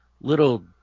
little